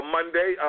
Monday